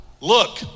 look